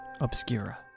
Obscura